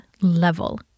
level